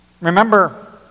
Remember